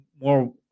more